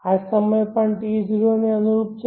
આ સમય પણ T0 ને અનુરૂપ છે